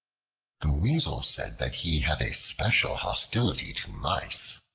the weasel said that he had a special hostility to mice.